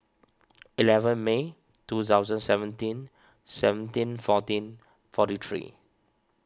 eleven May two thousand seventeen seventeen fourteen forty three